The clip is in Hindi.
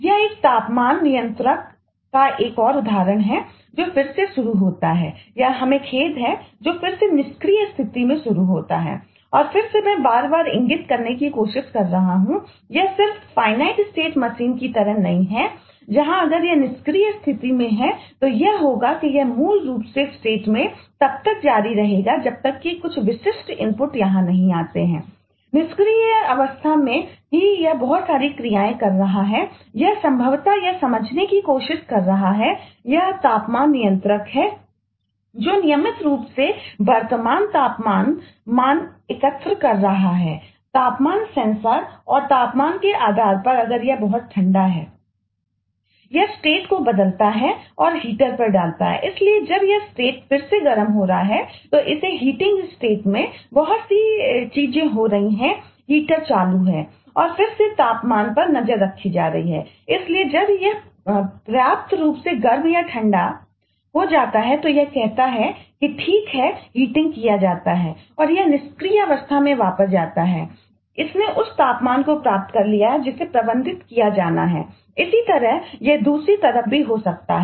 यह एक तापमान नियंत्रक का एक और उदाहरण है जो फिर से शुरू होता है यह खेद है जो फिर से निष्क्रियऔर तापमान के आधार पर अगर यह बहुत ठंडा है